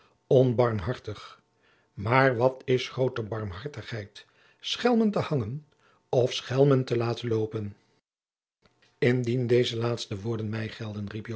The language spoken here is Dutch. onbarmhartig maar wat is grooter barmhartigheid schelmen te hangen of schelmen te laten loopen indien deze laatste woorden mij gelden riep